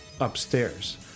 upstairs